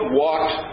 walked